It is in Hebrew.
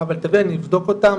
אבל תביא אני אבדוק אותם,